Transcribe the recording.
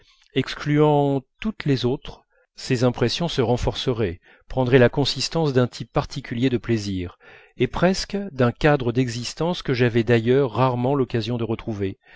excluant toutes les autres ces impressions se renforceraient prendraient la consistance d'un type particulier de plaisir et presque d'un cadre d'existence que j'avais d'ailleurs rarement l'occasion de retrouver